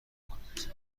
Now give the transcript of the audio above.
کنید